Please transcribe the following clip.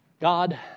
God